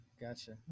gotcha